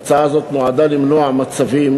ההצעה הזאת נועדה למנוע מצבים